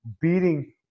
beating